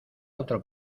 otro